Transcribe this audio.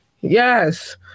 Yes